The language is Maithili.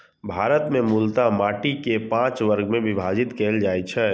भारत मे मूलतः माटि कें पांच वर्ग मे विभाजित कैल जाइ छै